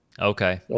Okay